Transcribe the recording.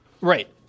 Right